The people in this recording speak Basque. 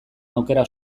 aukerak